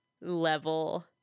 level